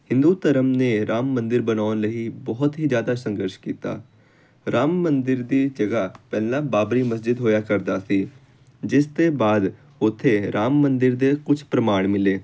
ਹਿੰਦੂ ਧਰਮ ਨੇ ਰਾਮ ਮੰਦਰ ਬਣਾਉਣ ਲਈ ਬਹੁਤ ਹੀ ਜ਼ਿਆਦਾ ਸੰਘਰਸ਼ ਕੀਤਾ ਰਾਮ ਮੰਦਰ ਦੀ ਜਗ੍ਹਾ ਪਹਿਲਾਂ ਬਾਬਰੀ ਮਸਜਿਦ ਹੋਇਆ ਕਰਦਾ ਸੀ ਜਿਸ ਤੋਂ ਬਾਅਦ ਉੱਥੇ ਰਾਮ ਮੰਦਰ ਦੇ ਕੁਛ ਪ੍ਰਮਾਣ ਮਿਲੇ